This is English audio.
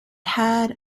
had